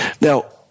Now